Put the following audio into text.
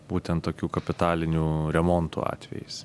būten tokių kapitalinių remontų atvejais